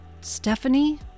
Stephanie